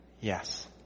yes